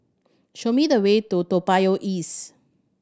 show me the way to Toa Payoh East